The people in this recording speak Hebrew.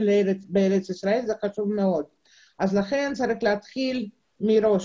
בארץ ישראל ולכן צריך להתחיל מראש,